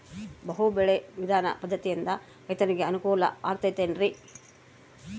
ಬಹು ಬೆಳೆ ವಿಧಾನ ಪದ್ಧತಿಯಿಂದ ರೈತರಿಗೆ ಅನುಕೂಲ ಆಗತೈತೇನ್ರಿ?